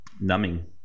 Numbing